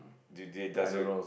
do do does your